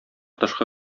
тышкы